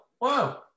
Wow